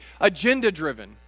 agenda-driven